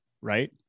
right